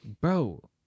Bro